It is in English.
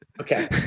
Okay